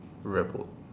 rebelled